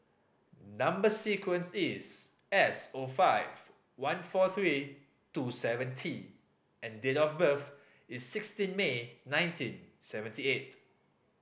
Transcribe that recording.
number sequence is S O five one four three two seven T and date of birth is sixteen May nineteen seventy eight